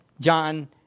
John